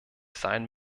sein